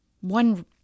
one